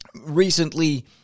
recently